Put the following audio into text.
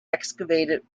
excavated